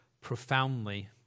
profoundly